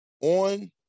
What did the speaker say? on